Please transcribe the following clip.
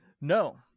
no